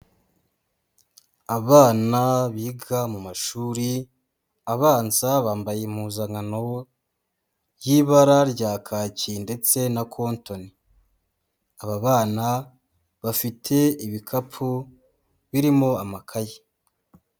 Abana biga mu mashuri abanza, bambaye impuzankan no y'ibara rya kaki ndetse na kotoni, aba bana bafite ibikapu birimo amakayi.